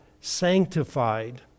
Sanctified